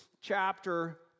chapter